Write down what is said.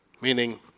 meaning